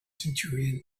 centurion